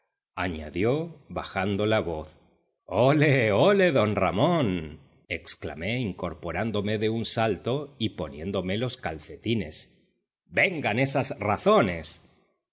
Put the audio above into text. añadió bajando la voz ole ole d ramón exclamé incorporándome de un salto y poniéndome los calcetines vengan esas razones